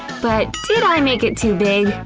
but did i make it too big?